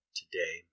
today